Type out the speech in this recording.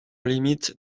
limite